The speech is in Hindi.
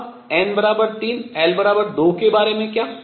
अब n 3 l2 के बारे में क्या